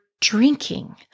drinking